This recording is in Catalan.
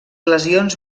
lesions